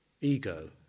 ego